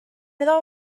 iddo